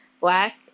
Black